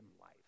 life